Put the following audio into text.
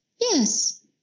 Yes